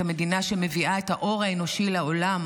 כמדינה שמביאה את האור האנושי לעולם,